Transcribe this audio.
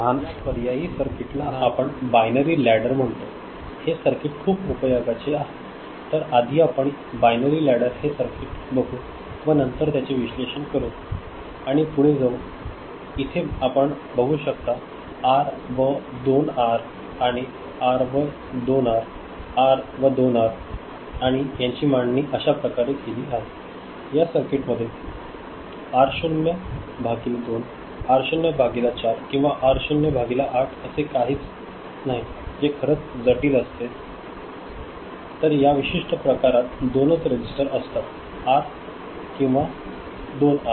या पर्यायी सर्किट ला आपण बायनरी ल्याडर म्हणतो हे सर्किट खूप उपयोगाचे आहे तर आधी आपण बायनरी ल्याडर हे सर्किट बघु व नंतर त्याचे विश्लेषण करू आणि पुढे जाऊ इथे आपण बघू शकता आर व 2 आर आर व 2 आर आर व 2 आर आणि यांची मांडणी अश्या प्रकारे केली आहे या सर्किट मध्ये आर 0 भागिले 2 आर 0 भागिले 4 किंवा आर 0 भागिले 8 असे काही नाही जे खरच जटिल असते तर या विशिष्ट प्रकारात दोनच रेसिस्टर असतात आर किंवा 2 आर